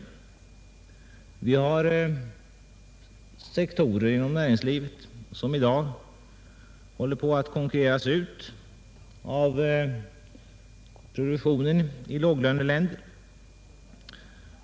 Det finns i dag sektorer inom näringslivet som håller på att konkurreras ut av produktionen i låglöneländer.